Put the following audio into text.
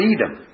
Edom